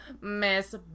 Miss